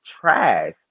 trash